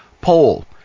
Poll